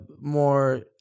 more